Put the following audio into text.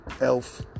Elf